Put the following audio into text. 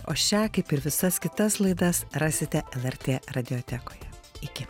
o šią kaip ir visas kitas laidas rasite lrt radiotekoje iki